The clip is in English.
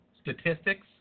Statistics